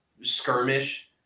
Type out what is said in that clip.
skirmish